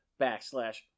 backslash